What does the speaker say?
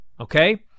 okay